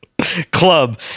Club